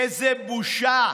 איזו בושה.